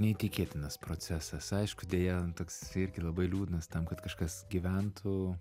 neįtikėtinas procesas aišku deja toks irgi labai liūdnas tam kad kažkas gyventų